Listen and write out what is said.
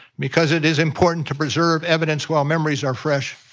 because it is important to preserve evidence while memories are fresh,